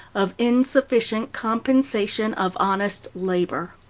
of insufficient compensation of honest labor.